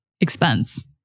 expense